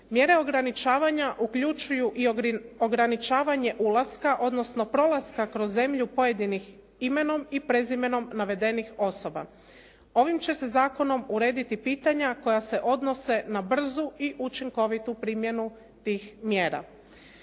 Mjere ograničavanja uključuju i ograničavanje ulaska, odnosno prolaska kroz zemlju pojedinih imenom i prezimenom navedenih osoba. Ovim će se zakonom urediti pitanja koja se odnose na brzu i učinkovitu primjenu tih mjera.